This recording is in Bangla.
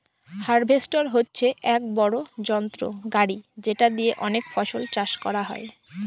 হার্ভেস্টর হচ্ছে এক বড়ো যন্ত্র গাড়ি যেটা দিয়ে অনেক ফসল চাষ করা যায়